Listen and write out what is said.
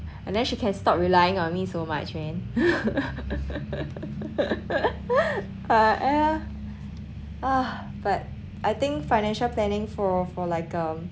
and then she can stop relying on me so much man but yeah but I think financial planning for for like um